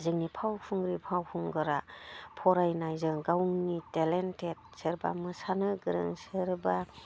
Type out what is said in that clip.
जोंनि फावखुंग्रि फावखुंगोरा फरायनायजों गावनि टेलेन्टटेड सोरबा मोसानो गोरों सोरबा